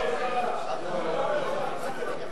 אבל זה קורה,